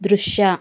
ದೃಶ್ಯ